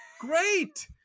Great